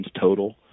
total